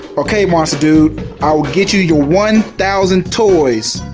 okay monster dude i will get you your one thousand toys!